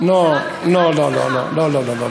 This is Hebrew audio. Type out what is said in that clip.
לא לא לא,